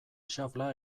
xafla